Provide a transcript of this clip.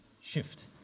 shift